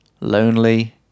lonely